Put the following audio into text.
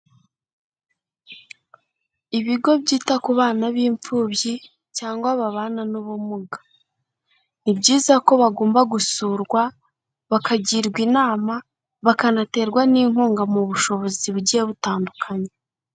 Ibigo byita ku bana b'imfubyi cyangwa babana n'ubumuga. Ni byiza ko bagomba gusurwa, bakagirwa inama, bakanaterwa n'inkunga mu bushobozi bugiye butandukanye.